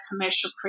commercial